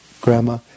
grandma